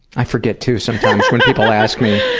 i forget too, sometimes, when people ask me.